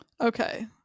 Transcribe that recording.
Okay